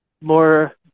more